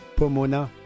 Pomona